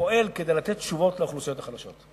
ופועל כדי לתת תשובות לאוכלוסיות החלשות.